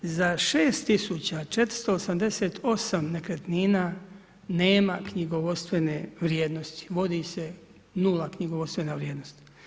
Za 6488 nekretnina nema knjigovodstvene vrijednosti, vodi se 0 knjigovodstvena vrijednost.